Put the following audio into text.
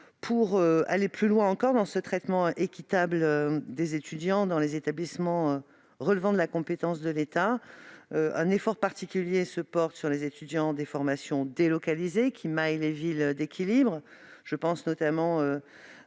Pour aller plus loin encore dans ce traitement équitable des étudiants dans les établissements relevant de la compétence de l'État, un effort particulier se porte sur les étudiants des formations délocalisées qui maillent les villes d'équilibre, je pense notamment à